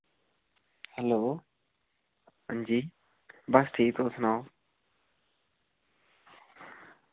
hello अंजी बस ठीक तुस सनाओ